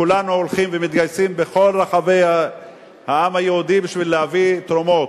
וכולנו הולכים ומתגייסים בכל רחבי העם היהודי בשביל להביא תרומות,